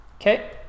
Okay